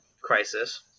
crisis